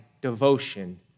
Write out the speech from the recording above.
devotion